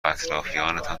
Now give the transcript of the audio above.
اطرافیانتان